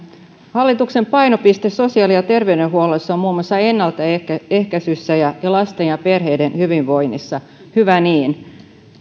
hallituksen painopiste sosiaali ja terveydenhuollossa on muun muassa ennaltaehkäisyssä ja lasten ja perheiden hyvinvoinnissa hyvä niin